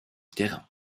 terrain